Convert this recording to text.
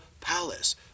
palace